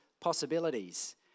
possibilities